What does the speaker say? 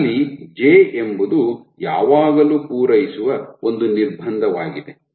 ಅಲ್ಲಿ ಜೆ ಎಂಬುದು ಯಾವಾಗಲೂ ಪೂರೈಸುವ ಒಂದು ನಿರ್ಬಂಧವಾಗಿದೆ